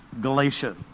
Galatia